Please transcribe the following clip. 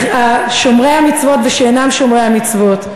שומרי המצוות ושאינם שומרי המצוות,